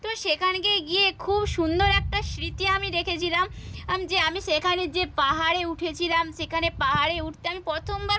তো সেখানকে গিয়ে খুব সুন্দর একটা স্মৃতি আমি দেখেছিলাম যে আমি সেখানে যেয়ে পাহাড়ে উঠেছিলাম সেখানে পাহাড়ে উঠতে আমি প্রথমবার